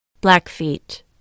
Blackfeet